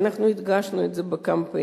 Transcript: ואנחנו הדגשנו את זה בקמפיין.